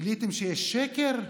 גיליתם שיש שקר?